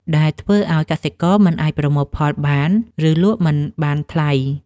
ដែលធ្វើឱ្យកសិករមិនអាចប្រមូលផលបាន ឬលក់មិនបានថ្លៃ។